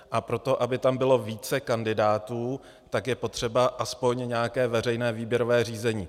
A proto, aby tam bylo více kandidátů, tak je potřeba aspoň nějaké veřejné výběrové řízení.